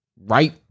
right